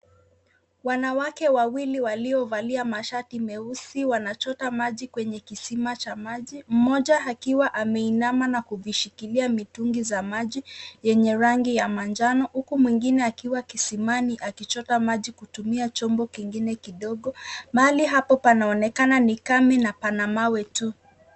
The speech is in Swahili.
Wanawake wawili waliovalia mashati meusi wanachota maji kwenye kisima cha maji mmoja akiwa ameinama na kujishikilia mitungi za maji yenye rangi ya manjano huku mwingine akiwa kisimani akichota maji kutumia chombo kingine kidogo. Mahali hapo panaonekana ni kame na pana mawe tu.